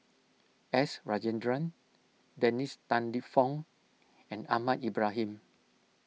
S Rajendran Dennis Tan Lip Fong and Ahmad Ibrahim